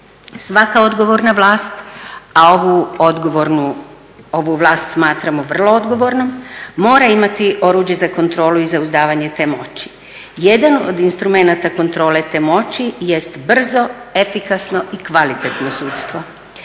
Svaka odgovorna vlast, a ovu vlast smatramo vrlo odgovornom, mora imati oruđe za kontrolu i za izdavanje te moći. Jedan od instrumenata kontrole te moći jest brzo, efikasno i kvalitetno sudstvo.